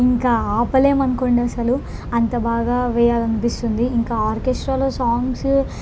ఇంకా ఆపలేం అనుకోండి అసలు అంత బాగా వేయాలనిపిస్తుంది ఇంకా ఆర్కెస్ట్రాలో సాంగ్సు